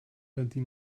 eddie